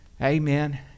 amen